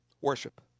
Worship